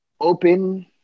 open